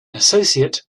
associate